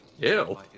Ew